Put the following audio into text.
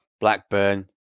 Blackburn